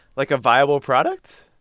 like, a viable product?